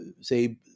say